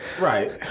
right